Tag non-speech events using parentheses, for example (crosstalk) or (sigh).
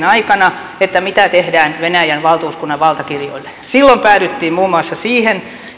(unintelligible) aikana keskusteltiin siitä mitä tehdään venäjän valtuuskunnan valtakirjoille silloin päädyttiin muun muassa siihen